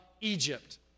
Egypt